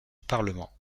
parlement